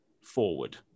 forward